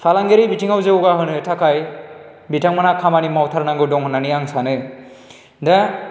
फालांगिरि बिथिंआव जौगाहोनो थाखाय बिथांमोनहा खामानि मावथारनांगौ दं होन्नानै आं सोनो दा